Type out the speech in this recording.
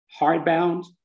hardbound